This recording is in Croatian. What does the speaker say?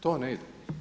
To ne ide.